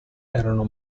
erano